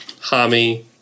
Hami